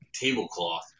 tablecloth